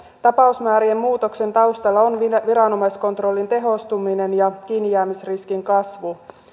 tapausmäärien muutoksen taustalla on viranomaiskontrollin tehostuminen ja kiinnijäämisriskin kasvu